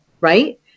right